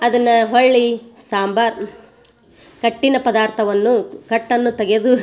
ಅದನ್ನ ಹೊಳ್ಳಿ ಸಾಂಬಾರು ಕಟ್ಟಿನ ಪದಾರ್ಥವನ್ನು ಕಟ್ಟನ್ನು ತೆಗೆದು